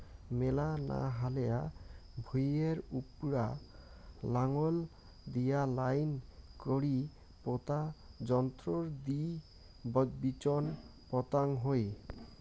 মেলা না হালেয়া ভুঁইয়ের উপুরা নাঙল দিয়া নাইন করি পোতা যন্ত্রর দি বিচোন পোতাং হই